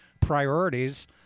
priorities